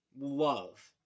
love